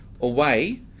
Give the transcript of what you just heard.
away